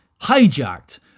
hijacked